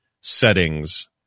settings